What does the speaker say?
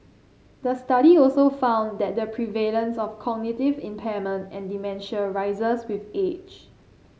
the study also found that the prevalence of cognitive impairment and dementia rises with age